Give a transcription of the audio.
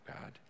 God